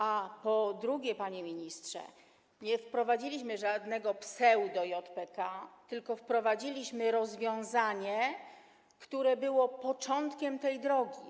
A po drugie, panie ministrze, nie wprowadziliśmy żadnego pseudo-JPK, tylko wprowadziliśmy rozwiązanie, które było początkiem tej drogi.